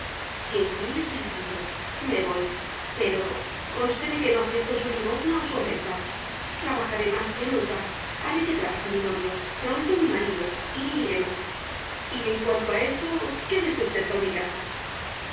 eugenia se levantó me voy pero cónstele que no acepto su limosna o su oferta trabajaré más que nunca haré que trabaje mi novio pronto mi marido y viviremos y en cuanto a eso quédese usted con mi casa